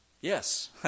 Yes